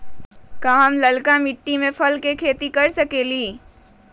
का हम लालका मिट्टी में फल के खेती कर सकेली?